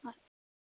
آ